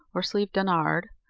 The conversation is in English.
or slieve donard,